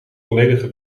volledige